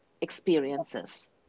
experiences